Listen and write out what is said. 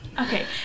Okay